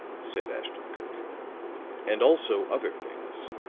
said ashton-kirk and also other things,